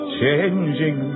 changing